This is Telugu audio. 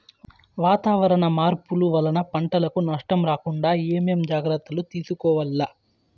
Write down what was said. వాతావరణ మార్పులు వలన పంటలకు నష్టం రాకుండా ఏమేం జాగ్రత్తలు తీసుకోవల్ల?